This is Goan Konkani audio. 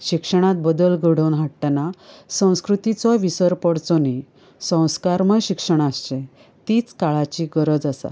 शिक्षणांत बदल घडोवन हाडटना संस्कृतीचो विसर पडचो न्ही संस्कारमय शिक्षण आसचें तीच काळाची गरज आसा